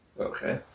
Okay